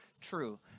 true